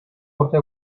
urte